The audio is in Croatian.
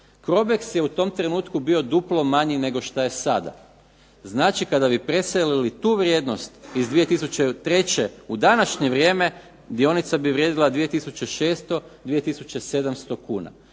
Crobex je u tom trenutku bio duplo manji nego što je sada, znači kada bi preselili tu vrijednost iz 2003. u današnje vrijeme dionica bi vrijedila 2600, 2700 kuna,